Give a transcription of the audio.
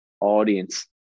audience